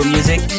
Music